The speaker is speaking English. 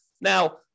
Now